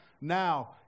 now